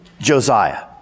Josiah